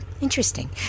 interesting